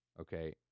okay